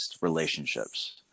relationships